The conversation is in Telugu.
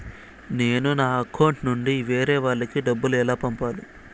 నేను నా అకౌంట్ నుండి వేరే వాళ్ళకి డబ్బును ఎలా పంపాలి?